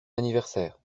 anniversaire